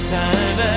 time